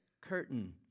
curtain